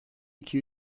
iki